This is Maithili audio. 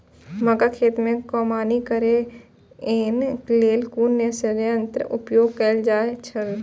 मक्का खेत में कमौनी करेय केय लेल कुन संयंत्र उपयोग कैल जाए छल?